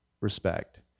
respect